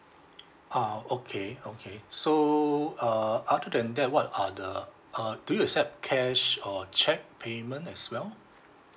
ah okay okay so uh other than that what are the uh do you accept cash or cheque payment as well